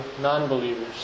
non-believers